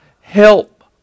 Help